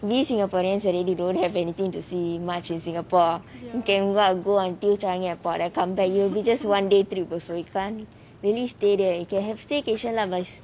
we singaporeans already don't have anything to see much in singapore can go out go until changi airport then come back you will be just one day trip also you can't really stay there you can have staycation lah but it's